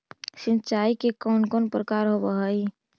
सिंचाई के कौन कौन प्रकार होव हइ?